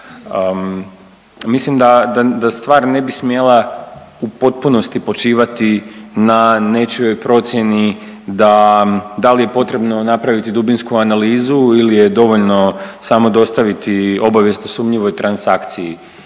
mislim da stvar ne bi smjela u potpunosti počivati na nečijoj procjeni da da li je potrebno napraviti dubinsku analizu ili je dovoljno samo dostaviti obavijest o sumnjivoj transakciji.